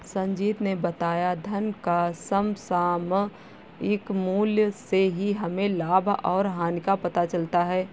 संजीत ने बताया धन का समसामयिक मूल्य से ही हमें लाभ और हानि का पता चलता है